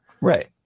Right